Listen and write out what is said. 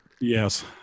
Yes